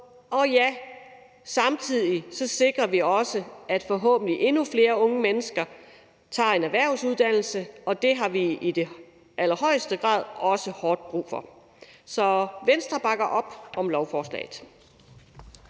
og samtidig sikrer vi også, at forhåbentlig endnu flere unge mennesker tager en erhvervsuddannelse, og det har vi i allerhøjeste grad også hårdt brug for. Så Venstre bakker op om lovforslaget.